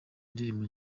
indirimbo